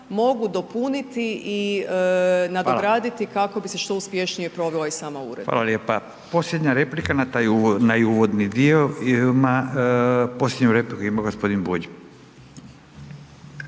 mogu dopuniti i nadograditi kako bi se što uspješnije provela i sama uredba. **Radin, Furio (Nezavisni)** Hvala lijepa. Posljednja replika na taj, na uvodni dio ima, posljednju repliku ima gospodin Bulj.